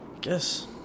Guess